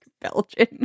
belgian